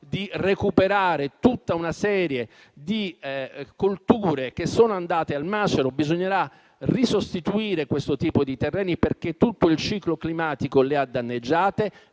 di recuperare tutta una serie di colture che sono andate al macero; bisognerà risostituire quel tipo di terreni, perché il ciclo climatico li ha danneggiati.